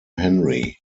henry